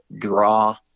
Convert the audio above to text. draw